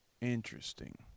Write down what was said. Interesting